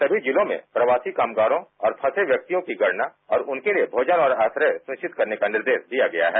सभी जिलों में प्रवासी कामगारों और फंसे हुए व्यक्तियों की गणना और उनके लिए भोजन और आश्रय सुनिश्चित करने का दिशानिर्देश दिया गया है